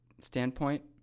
standpoint